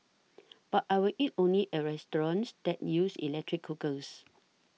but I will eat only at restaurants that use electric cookers